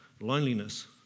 loneliness